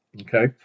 Okay